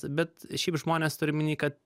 bet šiaip žmonės turiu omeny kad